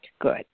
good